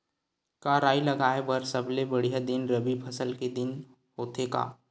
का राई लगाय बर सबले बढ़िया दिन रबी फसल के दिन होथे का?